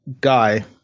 Guy